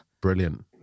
Brilliant